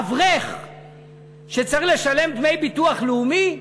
אברך שצריך לשלם דמי ביטוח לאומי?